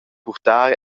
purtar